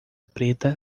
preta